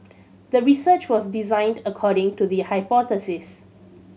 the research was designed according to the hypothesis